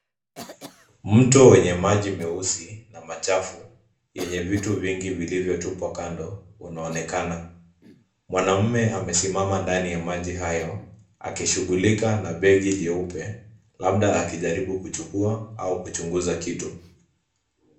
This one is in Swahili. Mto wenye maji meusi na machafu yenye vitu vingi viliyvotupwa kando unaonekana. Mwanamume amesimama ndani ya maji hayo akishughulika na begi jeupe labda akijaribu kuchukua au kuchunguza kitu.